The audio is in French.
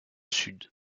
sud